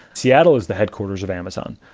seattle is the headquarters of amazon.